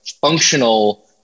functional